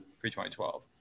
pre-2012